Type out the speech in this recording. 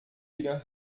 wieder